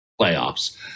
playoffs